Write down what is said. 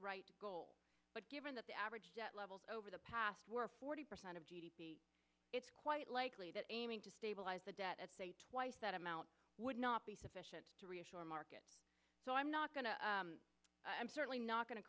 right goal but given that the average debt levels over the past were forty percent of g d p it's quite likely that aiming to stabilize the debt at twice that amount would not be sufficient to reassure market so i'm not going to i'm certainly not going to